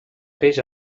peix